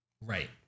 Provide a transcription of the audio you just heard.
Right